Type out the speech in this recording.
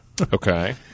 Okay